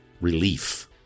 relief